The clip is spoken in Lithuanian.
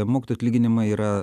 mokytojų atlyginimai yra